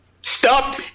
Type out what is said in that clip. Stop